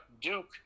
Duke